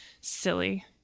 silly